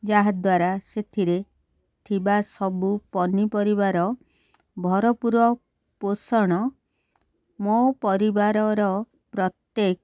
ଯାହାଦ୍ୱାରା ସେଥିରେ ଥିବା ସବୁ ପନିପରିବାର ଭରପୁର ପୋଷଣ ମୋ ପରିବାରର ପ୍ରତ୍ୟେକ